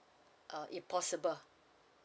uh if possible